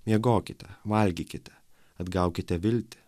miegokite valgykite atgaukite viltį